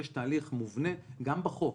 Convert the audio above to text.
יש תהליך מובנה גם בחוק,